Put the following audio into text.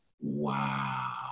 Wow